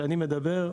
כשאני מדבר,